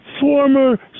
former